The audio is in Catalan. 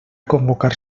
convocar